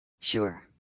Sure